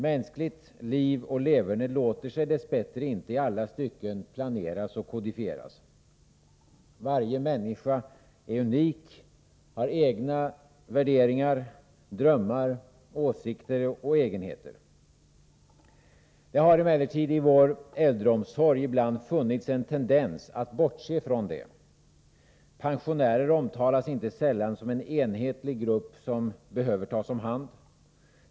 Mänskligt liv och leverne låter sig dess bättre inte i alla stycken planeras och kodifieras. Varje människa är unik, har egna värderingar, drömmar, åsikter och egenheter. Det har emellertid i vår äldreomsorg ibland funnits en tendens att bortse från detta. Pensionärer omtalas inte sällan som en enhetlig grupp som behöver tas om hand.